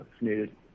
needed